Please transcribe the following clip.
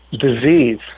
disease